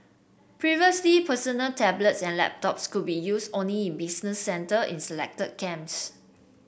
previously personal tablets and laptops could be used only in business centre in selected camps